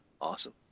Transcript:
Awesome